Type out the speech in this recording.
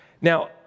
Now